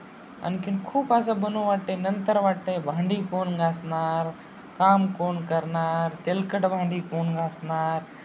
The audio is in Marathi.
आणखीन खूप असं बनवावं वाटते नंतर वाटतं आहे भांडी कोण घासणार काम कोण करणार तेलकट भांडी कोण घासणार